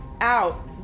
out